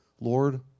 Lord